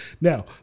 Now